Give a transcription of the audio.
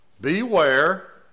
beware